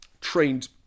trained